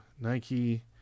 nike